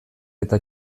eta